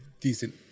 decent